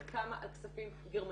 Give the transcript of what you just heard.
היא קמה על כספים גרמניים.